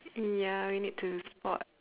ya we need to spot